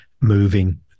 moving